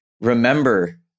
remember